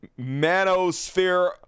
manosphere